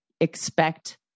expect